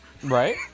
right